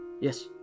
Yes